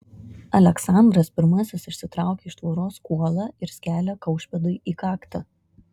aleksandras pirmasis išsitraukia iš tvoros kuolą ir skelia kaušpėdui į kaktą